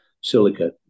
silica